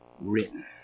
written